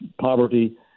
poverty